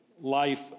life